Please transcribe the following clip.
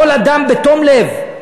יכול אדם בתום לב,